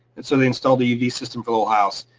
and so they installed a uv system for the whole house.